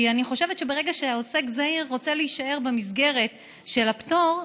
כי אני חושבת שברגע שעוסק זעיר רוצה להישאר במסגרת של הפטור,